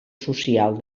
social